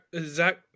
Zach